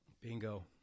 bingo